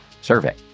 survey